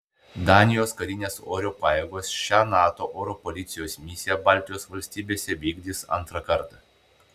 danijos karinės oro pajėgos šią nato oro policijos misiją baltijos valstybėse vykdys antrą kartą